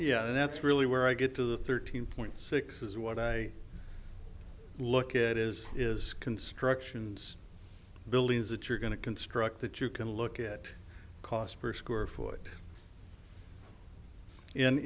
yeah that's really where i get to the thirteen point six is what i look at is is constructions buildings that you're going to construct that you can look at cost per square foot